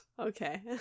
okay